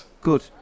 Good